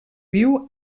viu